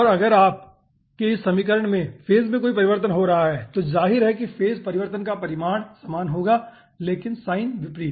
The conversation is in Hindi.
और अगर आपके इस समीकरण में फेज में कोई परिवर्तन हो रहा है तो जाहिर है कि फेज परिवर्तन का परिमाण समान होगा लेकिन साइन विपरीत